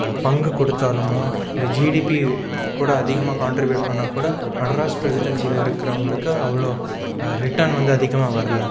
பங்கு கொடுத்தாலுமோ இல்லை ஜிடிபி கூட அதிகமாக கான்ட்ரிபியூட் பண்ணால் கூட மெட்ராஸ் பிரசிடென்சியில இருக்கிறவங்களுக்கு அவ்வளோ ரிட்டன் வந்து அதிகமாக வரலை